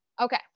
okay